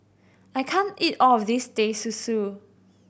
I can't eat all of this Teh Susu